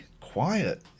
quiet